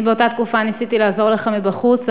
אני באותה תקופה ניסיתי לעזור לך מבחוץ,